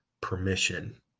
permission